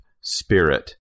spirit